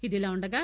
ఇదిఇలా ఉండగా